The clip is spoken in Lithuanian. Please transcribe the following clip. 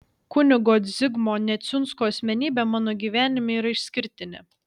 kunigo zigmo neciunsko asmenybė mano gyvenime yra išskirtinė